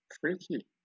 freaky